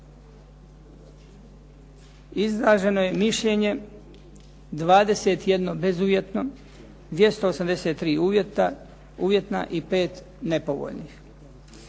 izraženo je mišljenje 21 bezuvjetno, 283 uvjetna i 5 nepovoljnih.